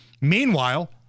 meanwhile